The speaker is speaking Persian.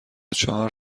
چهار